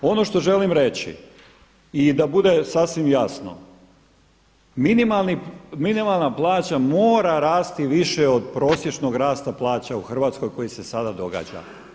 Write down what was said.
Ono što želim reći i da bude sasvim jasno, minimalna plaća mora rasti više od prosječnog rasta plaća u Hrvatskoj koji se sada događa.